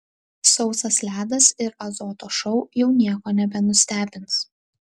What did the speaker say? sausas ledas ir azoto šou jau nieko nebenustebins